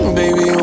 baby